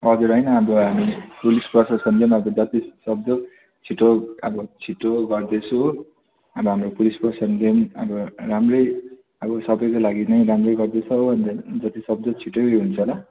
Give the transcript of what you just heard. हजुर होइन अब हामी पुलिस प्रशासनले पनि अब जतिसक्दो छिटो अब छिटो गर्दैछु हो अब हाम्रो पुलिस प्रशासनले पनि अब राम्रै अब सबैको लागि नै राम्रै गर्दैछ हो अन्त जतिसक्दो छिटै उयो हुन्छ होला